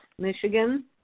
Michigan